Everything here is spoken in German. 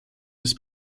des